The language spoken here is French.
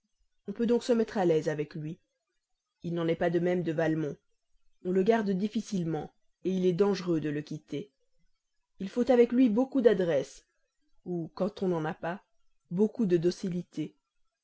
on peut donc se mettre à l'aise avec lui il n'en est pas de même de valmont on le garde difficilement il est dangereux de le quitter il faut avec lui beaucoup d'adresse ou quand on n'en a pas beaucoup de docilité